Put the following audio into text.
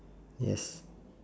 yes